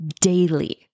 daily